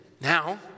Now